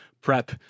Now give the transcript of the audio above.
prep